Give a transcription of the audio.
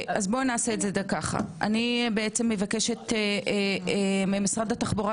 אני מבקשת ממשרד התחבורה